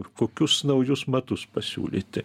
kokius naujus matus pasiūlyti